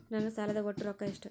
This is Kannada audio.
ನನ್ನ ಸಾಲದ ಒಟ್ಟ ರೊಕ್ಕ ಎಷ್ಟು?